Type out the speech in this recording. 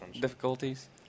difficulties